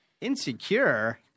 Insecure